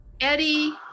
Eddie